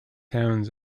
towns